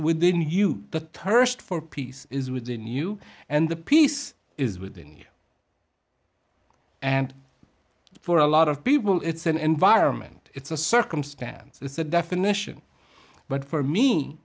within you the tercel for peace is within you and the peace is within you and for a lot of people it's an environment it's a circumstance it's a definition but for me